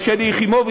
או שלי יחימוביץ,